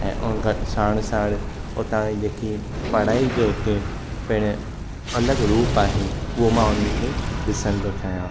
ऐं ऐं घटि साण साण हुतां जी जेकी पढ़ाई जो हिकु पिण अलॻि रूप आहे उहा मां हुननि खे ॾिसणु पियो चाहियां